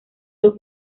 dos